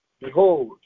behold